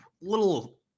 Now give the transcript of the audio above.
little